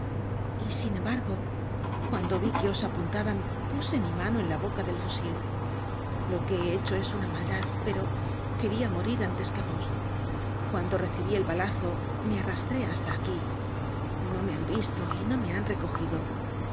y sin embargo cuando vi que os apuntaban puse mi mano en la boca del fusil lo que he hecho es una maldad pero queria morir antes que vos cuando recibí el balazo me arrastré hasta aquí no me han visto y no me han recogido